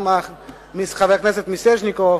גם חבר הכנסת מיסז'ניקוב,